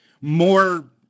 more